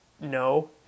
no